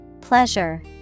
Pleasure